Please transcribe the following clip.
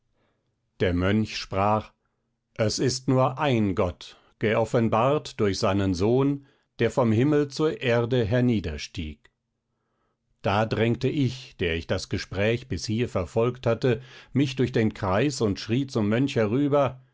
der mönch sprach es ist nur ein gott geoffenbart durch seinen sohn der vom himmel zur erde herniederstieg da drängte ich der ich das gespräch bis hier verfolgt hatte mich durch den kreis und schrie zum mönch herüber